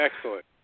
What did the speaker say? Excellent